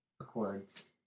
accords